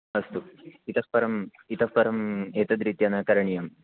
अस्तु इतः परम् इतः परम् एतद्रीत्या न करणीयं